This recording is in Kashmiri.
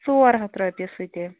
ژور ہَتھ رۄپیہِ سُہ تہِ